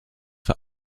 for